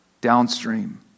downstream